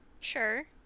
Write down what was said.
Sure